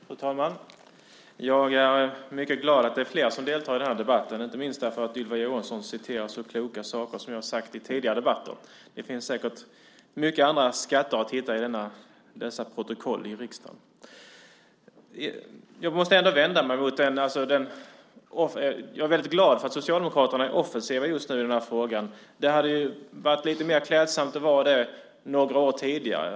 Fru talman! Jag är mycket glad att det är flera som deltar i den här debatten, inte minst för att Ylva Johansson citerar så kloka saker som jag har sagt i tidigare debatter. Det finns säkert många andra skatter att hitta i riksdagens protokoll. Jag är väldigt glad för att Socialdemokraterna är offensiva just nu i den här frågan. Det hade varit lite mer klädsamt att vara det några år tidigare.